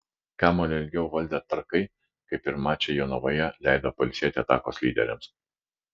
kamuolį ilgiau valdę trakai kaip ir mače jonavoje leido pailsėti atakos lyderiams